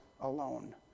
alone